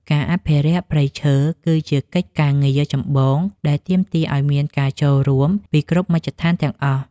ការអភិរក្សព្រៃឈើ គឺជាកិច្ចការងារចម្បងដែលទាមទារឱ្យមានការចូលរួមពីគ្រប់មជ្ឈដ្ឋានទាំងអស់។